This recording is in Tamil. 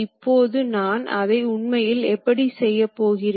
நிறைய விஷயங்கள் இவற்றிலிருந்து பெறப்பட வேண்டி இருக்கிறது